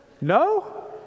No